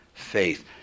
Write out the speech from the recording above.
faith